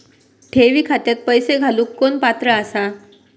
ठेवी खात्यात पैसे घालूक कोण पात्र आसा?